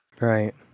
Right